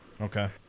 Okay